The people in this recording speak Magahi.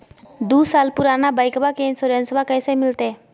दू साल पुराना बाइकबा के इंसोरेंसबा कैसे मिलते?